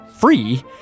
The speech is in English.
free